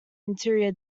interior